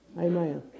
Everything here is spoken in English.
Amen